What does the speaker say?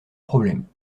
problème